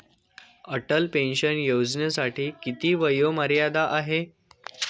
Atal pension योजनेसाठी किती वयोमर्यादा आहे?